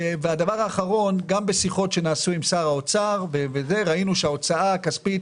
גם בשיחות שנעשו עם שר האוצר ראינו שההוצאה הכספית